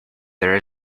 there